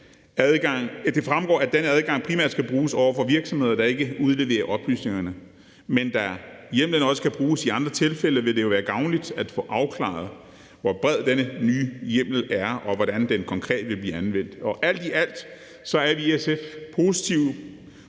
Det fremgår, at den adgang skal bruges over for virksomheder, der ikke udleverer oplysningerne, men da hjemlen også kan bruges i andre tilfælde, vil det jo være gavnligt at få afklaret, hvor bred denne nye hjemmel er, og hvordan den konkret vil blive anvendt. Alt i alt er vi i SF positive